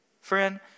friend